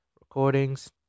recordings